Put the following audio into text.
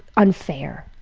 unfair.